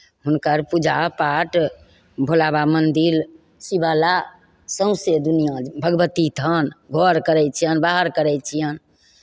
हुनकर पूजापाठ भोलाबाबा मन्दिर शिवाला सौँसे दुनिआँ ज भगवती थान घर करै छियनि बाहर करै छियनि